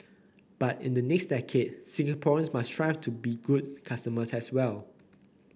but in the next decade Singaporeans must strive to be good customers as well